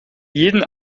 jeden